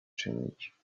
czynić